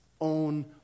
own